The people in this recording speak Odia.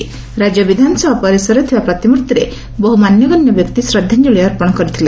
ରାକ୍ୟ ବିଧାନସଭା ପରିସରରେ ଥିବା ପ୍ରତିମୂର୍ଭିରେ ବହୁ ମାନ୍ୟଗଣ୍ୟ ବ୍ୟକ୍ତି ଶ୍ରଦ୍ଧାଞ୍ଞଳି ଅପ୍ପଶ କରିଛନ୍ତି